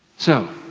so,